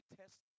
test